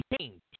change